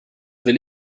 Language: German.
will